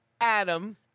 Adam